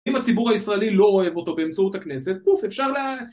אם הציבור הישראלי לא אוהב אותו באמצעות הכנסת, פוף, אפשר לה...